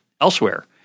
elsewhere